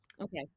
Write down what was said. Okay